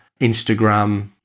Instagram